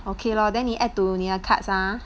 okay lor then you add to their carts ah